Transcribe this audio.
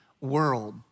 world